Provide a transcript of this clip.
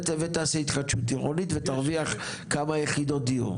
ותעשה התחדשות עירונית ותרוויח כמה יחידות דיור.